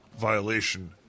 violation